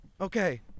Okay